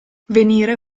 venire